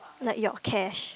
like your cash